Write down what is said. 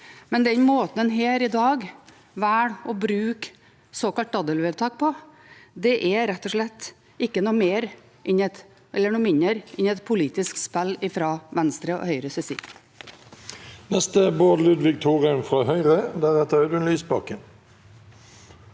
Men den måten en her i dag velger å bruke såkalte daddelvedtak på, er rett og slett ikke noe annet enn et politisk spill fra Venstre og Høyres